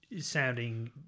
sounding